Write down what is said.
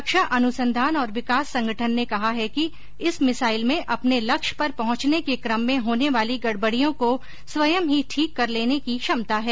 रक्षा अनुसंधान और विकास संगठन ने कहा है कि इस मिसाइल में अपने लक्ष्य पर पहुंचने के क्रम में होने वाली गड़बडियों को स्वयं ही ठीक कर लेने की क्षमता है